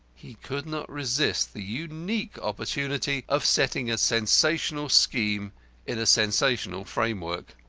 he could not resist the unique opportunity of setting a sensational scheme in a sensational framework.